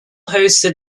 hosted